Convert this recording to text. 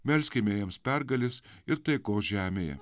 melskime joms pergalės ir taikos žemėje